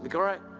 like alright.